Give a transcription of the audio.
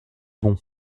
bon